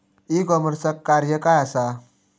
E कॉमर्सचा कार्य काय असा?